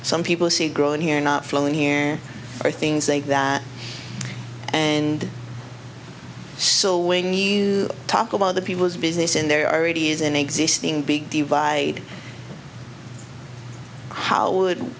some people see grown here not flown hand or things like that and so when you talk about the people's business and there already is an existing big divide how would